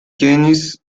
genus